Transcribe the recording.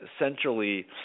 essentially